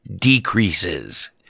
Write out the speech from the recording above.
decreases